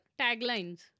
taglines